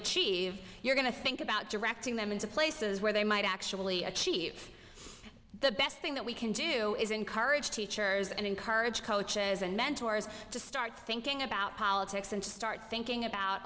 achieve you're going to think about directing them into places where they might actually achieve the best thing that we can do is encourage teachers and encourage coaches and mentors to start thinking about politics and start thinking about